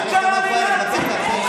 הוא קרא לי "נאצי".